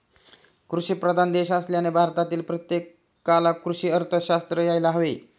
कृषीप्रधान देश असल्याने भारतातील प्रत्येकाला कृषी अर्थशास्त्र यायला हवे